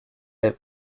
have